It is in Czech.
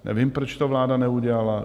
Nevím, proč to vláda neudělala.